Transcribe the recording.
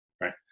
Right